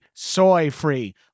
soy-free